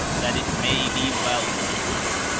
that it may be well with you.